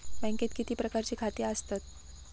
बँकेत किती प्रकारची खाती आसतात?